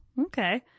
okay